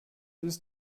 ist